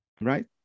Right